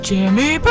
Jimmy